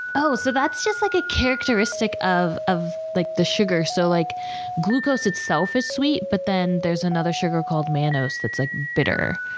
oh, so that's just like a characteristic of of like the sugar. so like glucose itself is sweet, but then there's another sugar called mannose that's like bitter.